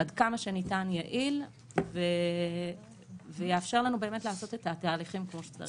עד כמה שניתן יעיל ויאפשר לנו לעשות את התהליכים כמו שצריך.